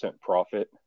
profit